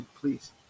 please